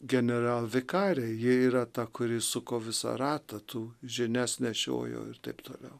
generalvikarė ji yra ta kuri suko visą ratą tų žinias nešiojo ir taip toliau